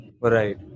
Right